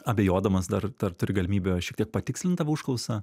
abejodamas dar dar turi galimybę šiek tiek patikslint tavo užklausą